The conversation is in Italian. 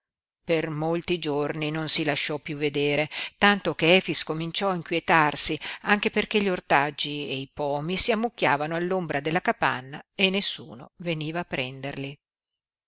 per molti giorni non si lasciò piú vedere tanto che efix cominciò a inquietarsi anche perché gli ortaggi e i pomi si ammucchiavano all'ombra della capanna e nessuno veniva a prenderli